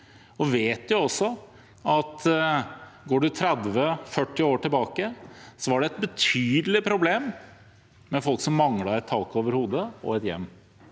og vet at om en går 30–40 år tilbake, var det et betydelig problem med folk som manglet et tak over hodet og et hjem.